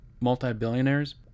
multi-billionaires